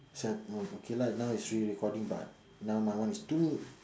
set~ no okay lah now it's re-recording but now my one is two minute